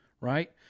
right